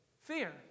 Fear